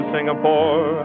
Singapore